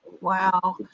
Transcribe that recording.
Wow